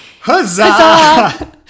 Huzzah